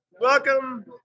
Welcome